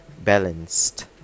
Balanced